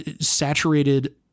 saturated